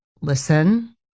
listen